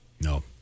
No